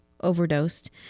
overdosed